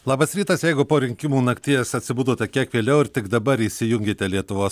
labas rytas jeigu po rinkimų nakties atsibudote kiek vėliau ir tik dabar įsijungėte lietuvos